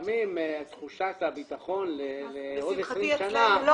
לפעמים תחושת הביטחון לעוד 20 שנה,